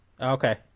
okay